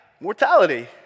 mortality